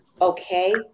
Okay